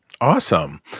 Awesome